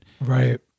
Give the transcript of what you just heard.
Right